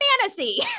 fantasy